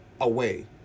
away